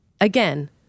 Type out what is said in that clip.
again